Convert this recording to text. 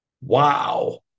wow